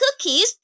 cookies